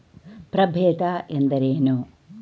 ಪ್ರಭೇದ ಎಂದರೇನು?